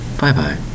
Bye-bye